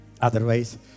Otherwise